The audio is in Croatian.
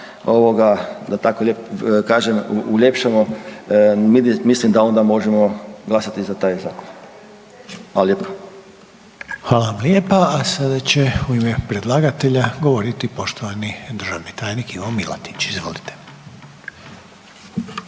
da tako lijepo kažem uljepšamo mislim da onda možemo glasati za taj zakon. Hvala lijepa. **Reiner, Željko (HDZ)** Hvala lijepa. A sada će u ime predlagatelja govoriti poštovani državni tajnik Ivo Milatić. Izvolite.